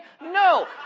no